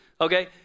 Okay